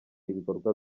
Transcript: ibikorwa